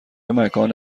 مکان